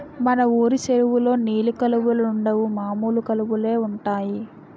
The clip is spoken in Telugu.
మన వూరు చెరువులో నీలి కలువలుండవు మామూలు కలువలే ఉంటాయి